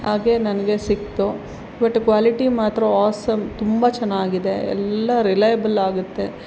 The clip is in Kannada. ಹಾಗೇ ನನಗೆ ಸಿಕ್ಕಿತು ಬಟ್ ಕ್ವಾಲಿಟಿ ಮಾತ್ರ ಆಸಮ್ ತುಂಬ ಚೆನ್ನಾಗಿದೆ ಎಲ್ಲ ರಿಲೈಯಬಲ್ ಆಗುತ್ತೆ